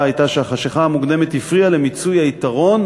הייתה שהחשכה המוקדמת הפריעה למיצוי היתרון